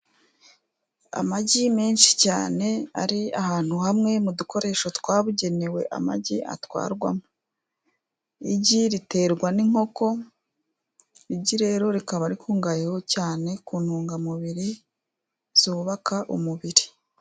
Amagi menshi cyane ari ahantu hamwe mu dukoresho twabugenewe amagi atwarwamo. Igi riterwa n'inkoko, igi rero rikaba rikungahayeho cyane ku ntungamubiri zubaka umubiri.